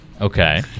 Okay